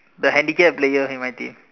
the handicap players in my team